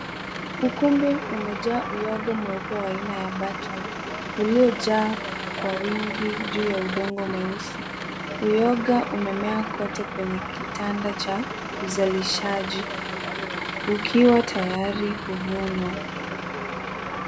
Ukumbi umejaa uyoga mweupe wa aina ya button uliojaa kwa wingi juu ya udongo mweusi. Uyoga umemea kote kwenye kitanda cha uzalishaji ukiwa tayari kuvunwa.